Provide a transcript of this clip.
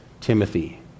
Timothy